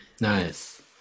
Nice